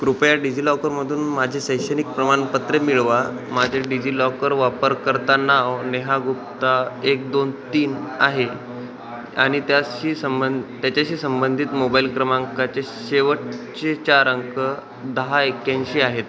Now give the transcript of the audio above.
कृपया डिजिलॉकरमधून माझे शैक्षणिक प्रमाणपत्रे मिळवा माझे डिजिलॉकर वापरकर्ता नाव नेहा गुप्ता एक दोन तीन आहे आणि त्याची संबंध त्याच्याशी संबंधित मोबाईल क्रमांकाचे शेवटचे चार अंक दहा एक्याऐंशी आहेत